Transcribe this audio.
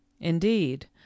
indeed